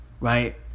right